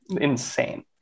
insane